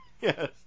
Yes